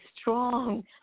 strong